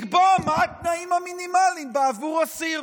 לקבוע מה התנאים המינימליים בעבור אסיר?